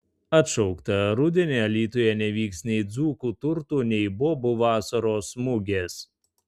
atšaukta rudenį alytuje nevyks nei dzūkų turtų nei bobų vasaros mugės